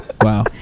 wow